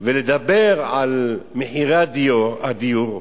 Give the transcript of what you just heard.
על מחירי הדיור,